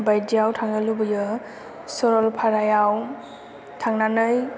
बायदियाव थांनो लुबैयो सरलफारायाव थांनानै